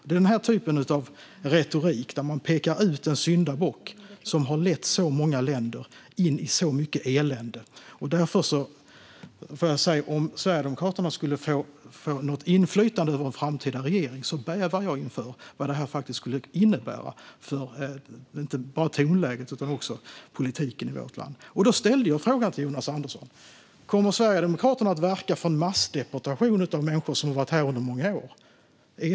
Det är den typen av retorik, där man pekar ut en syndabock, som har lett så många länder in i så mycket elände. Jag får därför säga att jag bävar inför vad det faktiskt skulle innebära inte bara för tonläget utan även för politiken i vårt land om Sverigedemokraterna fick inflytande över en framtida regering. Jag ställde frågan till Jonas Andersson om Sverigedemokraterna kommer att verka för en massdeportation av människor som har varit här i många år.